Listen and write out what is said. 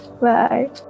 Bye